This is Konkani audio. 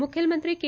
मुखेलमंत्री के